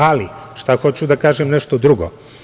Ali, hoću da kažem nešto drugo.